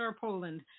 Poland